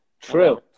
true